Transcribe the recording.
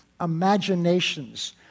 imaginations